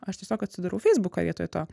aš tiesiog atsidarau feisbuką vietoj to